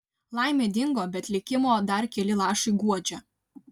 laimė dingo bet likimo dar keli lašai guodžia